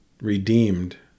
redeemed